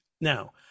now